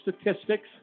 statistics